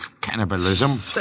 cannibalism